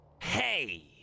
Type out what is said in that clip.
Hey